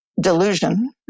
delusion